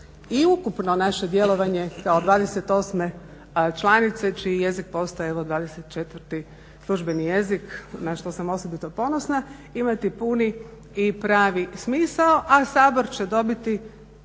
i ukupno naše djelovanje kao 28. članice čiji jezik postaje 24. službeni jezik na što sam osobito ponosna, imati puni i pravi smisao, a Sabor će dobiti